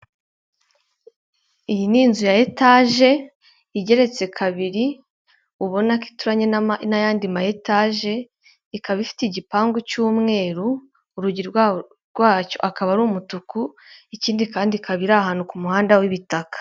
Iyi ni inzu ya etaje, igeretse kabiri ubona ko ituranye n'ayandi ma etaje, ikaba ifite igipangu cy'umweru, urugi rwacyo akaba ari umutuku, ikindi kandi ikaba iri ahantu ku muhanda w'ibitaka.